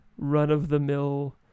run-of-the-mill